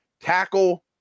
tackle